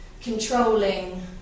controlling